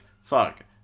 fuck